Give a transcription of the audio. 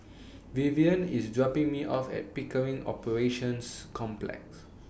Vivian IS dropping Me off At Pickering Operations Complex